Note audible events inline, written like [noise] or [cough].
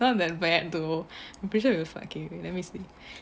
not that bad though [breath] but I was like okay wait let me [breath]